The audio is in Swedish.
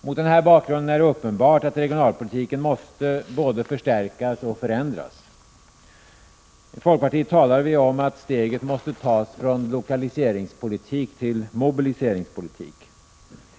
Mot denna bakgrund är det uppenbart att regionalpolitiken måste förstärkas och förändras. I folkpartiet talar vi om att steget måste tas från lokaliseringspolitik till mobiliseringspolitik.